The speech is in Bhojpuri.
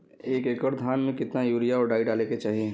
एक एकड़ धान में कितना यूरिया और डाई डाले के चाही?